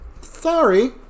sorry